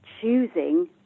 choosing